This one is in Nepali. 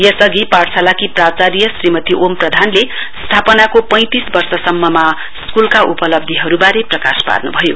यसअघि पाठशालाकी प्राचार्य श्रीमती ओम प्रधानले स्थापनाको पैंतिस वर्षसम्ममा स्कूलका उपलब्धीहरूबारे प्रकाश पार्नुभयो